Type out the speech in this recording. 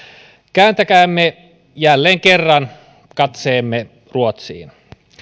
kääntäkäämme jälleen kerran katseemme ruotsiin